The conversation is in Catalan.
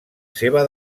seva